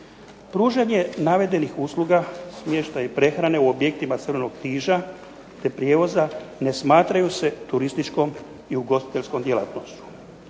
Pružanje navedenih usluga smještaja i prehrane u objektima Crvenog križa, te prijevoza ne smatraju se turističkom i ugostiteljskom djelatnošću.